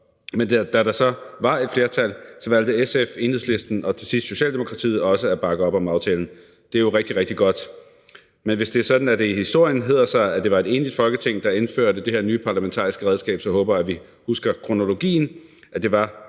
men da der så var et flertal, valgte SF, Enhedslisten og til sidst Socialdemokratiet også at bakke op om aftalen. Det er jo rigtig, rigtig godt. Men hvis det er sådan, at det i historien hedder sig, at det var et enigt Folketing, der indførte det her nye parlamentariske redskab, så håber jeg, at vi husker kronologien: at det var